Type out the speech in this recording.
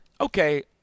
Okay